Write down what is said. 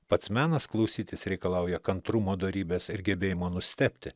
pats menas klausytis reikalauja kantrumo dorybės ir gebėjimo nustebti